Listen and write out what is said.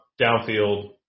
downfield